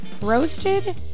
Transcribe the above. roasted